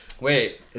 Wait